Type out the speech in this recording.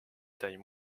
taille